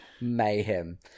mayhem